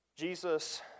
Jesus